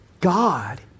God